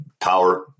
power